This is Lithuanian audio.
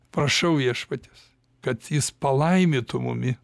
prašau viešpaties kad jis palaimytų mumi